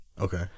Okay